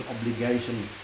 Obligation